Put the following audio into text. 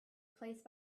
replaced